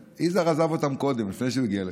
יזהר עזב אותם קודם, לפני שהוא הגיע לכאן.